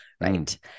right